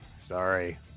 Sorry